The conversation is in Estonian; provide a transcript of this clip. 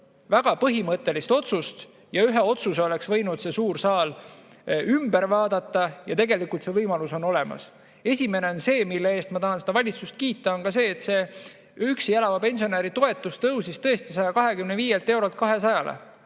väga põhimõttelist otsust ja ühe otsuse oleks võinud see suur saal ümber vaadata. Ja tegelikult see võimalus on olemas. Esimene on see, mille eest ma tahan seda valitsust kiita, et üksi elava pensionäri toetus tõusis tõesti 125 eurolt 200‑le.